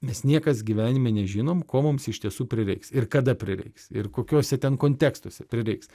mes niekas gyvenime nežinom ko mums iš tiesų prireiks ir kada prireiks ir kokiuose ten kontekstuose prireiks